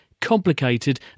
complicated